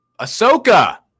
Ahsoka